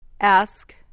Ask